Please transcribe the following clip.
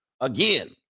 Again